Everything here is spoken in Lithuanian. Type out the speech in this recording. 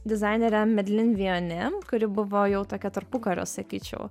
dizainerę medlin vijonė kuri buvo jau tokia tarpukario sakyčiau